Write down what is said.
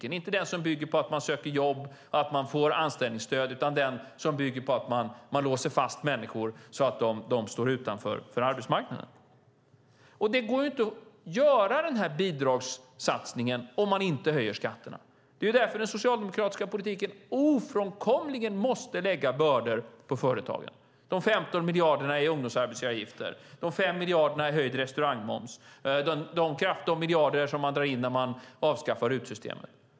Det är inte den som bygger på att människor söker jobb och får anställningsstöd utan den som bygger på att man låser fast människor så att de står utanför arbetsmarknaden. Det går inte att göra den bidragssatsningen om man inte höjer skatterna. Det är därför den socialdemokratiska politiken ofrånkomligen måste lägga bördor på företagen. Det handlar om 15 miljarder i arbetsgivaravgifter för ungdomar, 5 miljarder i höjd restaurangmoms och de miljarder man drar in när man avskaffar RUT-systemet.